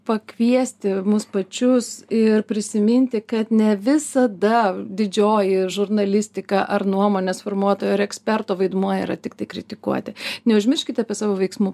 pakviesti mus pačius ir prisiminti kad ne visada didžioji žurnalistika ar nuomonės formuotojo ir eksperto vaidmuo yra tik kritikuoti neužmirškit apie savo veiksmų